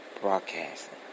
Broadcasting